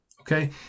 okay